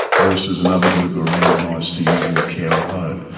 versus another group who were randomised to usual care alone.